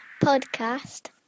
podcast